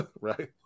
Right